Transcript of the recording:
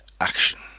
action